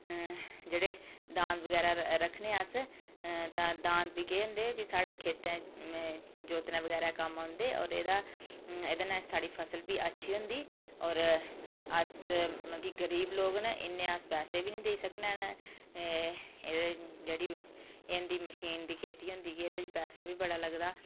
जेह्ड़े दांद बगैरा रक्खने अस तां दांद बी केह् होंदे साढ़े खेतें च जोतनै बगैरा दे कम्म औंदे होर एह्दा एह्दे कन्नै साढ़ी फसल बी अच्छी होंदी होर मतलब कि अस गरीब लोग न इन्ने अस पैसे बी निं देई सकने न एह् जेह्ड़ी इंदी मशीन दी खेती होंदी एह्दे ई पैसा बी बड़ा लगदा